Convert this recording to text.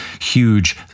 huge